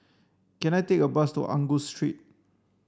can I take a bus to Angus Street